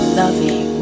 loving